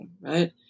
Right